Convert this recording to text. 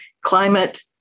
climate